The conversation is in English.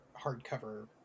hardcover